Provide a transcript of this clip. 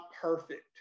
perfect